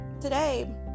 today